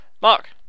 Mark